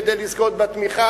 כדי לזכות בתמיכה.